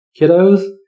kiddos